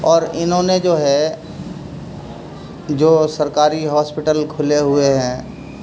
اور انہوں نے جو ہے جو سرکاری ہاسپیٹل کھلے ہوئے ہیں